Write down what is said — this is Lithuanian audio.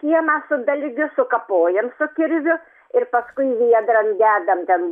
kieme su dalgiu sukapojam su kirviu ir paskui viedran dedam ten